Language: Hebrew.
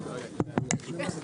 הישיבה